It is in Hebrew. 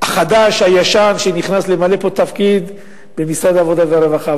החדש-הישן שנכנס למלא פה תפקיד במשרד הרווחה,